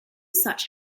such